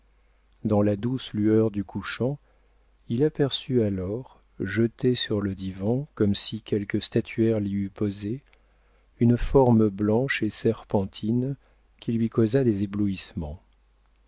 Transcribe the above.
dans la douce lueur du couchant il aperçut alors jetée sur le divan comme si quelque statuaire l'y eût posée une forme blanche et serpentine qui lui causa des éblouissements